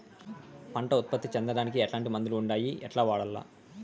పంట ఉత్పత్తి పెంచడానికి ఎట్లాంటి మందులు ఉండాయి ఎట్లా వాడల్ల?